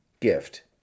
gift